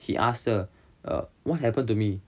he asked her uh what happened to me